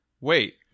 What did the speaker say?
Wait